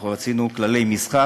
אנחנו רצינו כללי משחק.